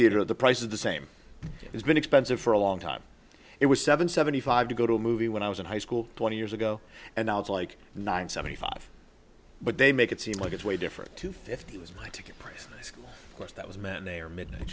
theater the price of the same has been expensive for a long time it was seven seventy five to go to a movie when i was in high school twenty years ago and now it's like nine seventy five but they make it seem like it's way different to fifty was my ticket price list that was men they are midnight